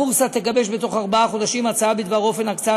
הבורסה תגבש בתוך ארבעה חודשים הצעה בדבר אופן הקצאת